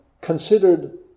considered